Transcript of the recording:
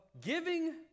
giving